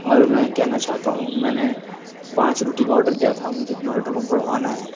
اور میں کہنا چاہتا ہوں میں نے پانچ روٹی کا آڈر دیا تھا مجھے اپنے آڈر کو بڑھوانا ہے